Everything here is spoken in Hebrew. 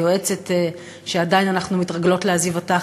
היועצת שעדיין אנחנו מתרגלות לעזיבתה,